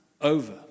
over